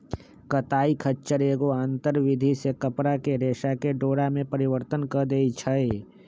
कताई खच्चर एगो आंतर विधि से कपरा के रेशा के डोरा में परिवर्तन कऽ देइ छइ